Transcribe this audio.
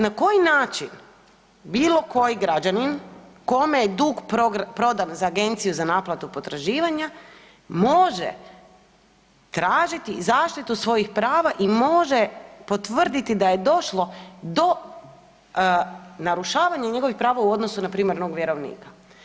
Na koji način bilo koji građanin kome je dug prodan za agenciju za naplatu potraživanja može tražiti zaštitu svojih prava i može potvrditi da je došlo do narušavanja njegovih prava u odnosu na primarnog vjerovnika?